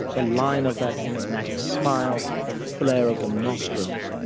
the line of that enigmatic smile, the flare of the nostrils,